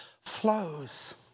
flows